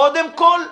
קודם כול לכם.